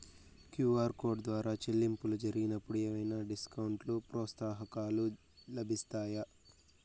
QR code ద్వారా చెల్లింపులు జరిగినప్పుడు ఏవైనా డిస్కౌంట్ లు, ప్రోత్సాహకాలు లభిస్తాయా?